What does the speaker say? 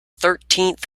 thirtieth